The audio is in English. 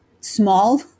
small